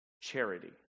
charity